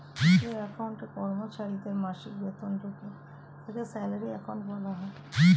যে অ্যাকাউন্টে কর্মচারীদের মাসিক বেতন ঢোকে তাকে স্যালারি অ্যাকাউন্ট বলা হয়